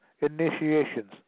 initiations